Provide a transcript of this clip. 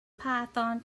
python